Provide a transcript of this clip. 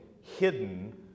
hidden